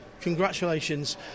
Congratulations